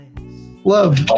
love